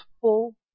full